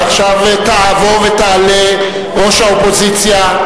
עכשיו תבוא ותעלה ראש האופוזיציה,